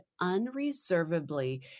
unreservedly